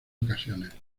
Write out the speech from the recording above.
ocasiones